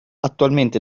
attualmente